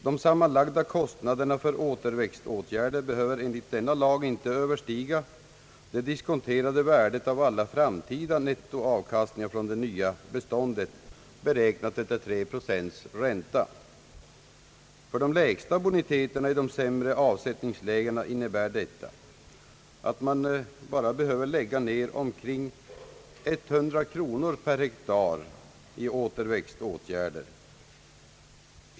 De sammanlagda kostnaderna för återväxtåtgärder behöver enligt denna lag inte överstiga det diskonterade värdet av alla framtida nettoavkastningar från det nya beståndet, beräknat efter 3 procent ränta. För de lägsta boniterna i de sämre avsättningslägena innebär detta att man endast behöver använda cirka 100 kronor per hektar till återväxtåtgärder.